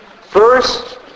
first